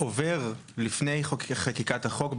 לפני חקיקת החוק,